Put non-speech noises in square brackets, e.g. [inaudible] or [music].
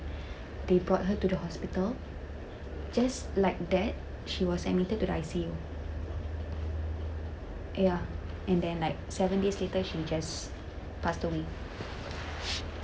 [breath] they brought her to the hospital just like that she was admitted to the ICU ya and then like seven days later she just passed away